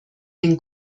den